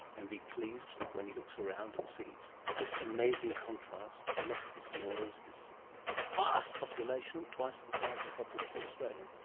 and be pleased when he looks around and sees this amazing contrast, this mess this noise, this vast population twice the size of the population of australia?